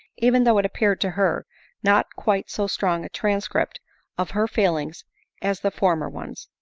even though it appeared to her not quite so strong a transcript of her feelings as the former ones.